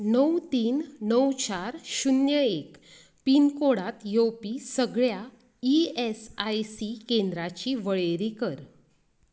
णव तीन णव चार शुन्य एक पीन कोडात येवपी सगळ्या ई एस आय सी केंद्राची वळेरी कर